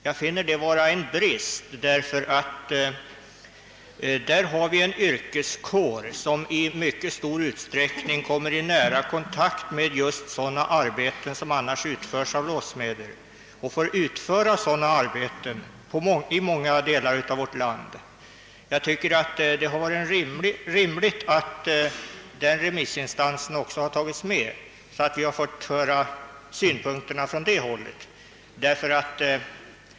Jag finner detta vara en brist, Eftersom vi i detta förbund har en yrkeskår som i mycket stor utsträckning kommer i nära kontakt med sådana arbeten som annars utförs av låssmeder, hade det varit rimligt att anlita även en sådan remissinstans.